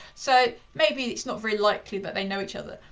so maybe it's not very likely that they know each other,